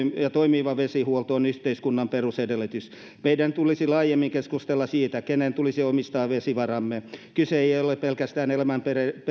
ja toimiva vesihuolto on yhteiskunnan perus edellytys meidän tulisi laajemmin keskustella siitä kenen tulisi omistaa vesivaramme kyse ei ei ole pelkästään elämän